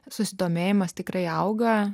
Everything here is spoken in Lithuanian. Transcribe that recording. susidomėjimas tikrai auga